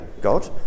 God